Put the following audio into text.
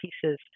pieces